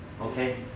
okay